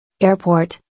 Airport